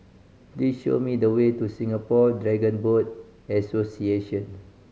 please show me the way to Singapore Dragon Boat Association